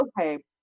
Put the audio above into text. okay